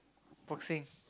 boxing